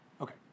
Okay